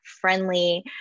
friendly